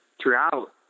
throughout